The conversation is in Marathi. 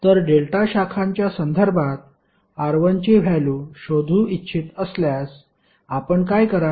तर डेल्टा शाखांच्या संदर्भात R1 ची व्हॅल्यु शोधू इच्छित असल्यास आपण काय कराल